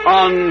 on